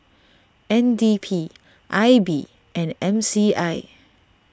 N D P I B and M C I